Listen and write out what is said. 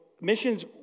missions